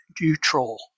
neutral